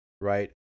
right